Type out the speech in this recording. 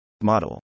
Model